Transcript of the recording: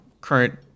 current